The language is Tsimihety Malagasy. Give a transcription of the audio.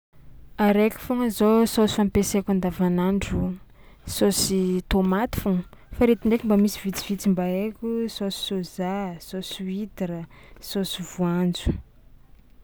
Araiky foagna zao saosy ampiasaiko andavanandro, saosy tômaty foagna; fa reto ndraiky mba misy vitsivitsy mba haiko: saosy soja, saosy huitre, saosy voanjo.